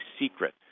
secret